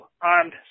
armed